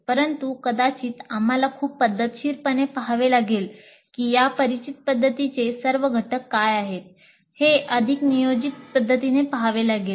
परंतु कदाचित आम्हाला खूप पद्धतशीरपणे पाहावे लागेल कि या परिचित पद्धतीचे सर्व घटक काय आहेत हे अधिक नियोजित पद्धतीने पहावे लागेल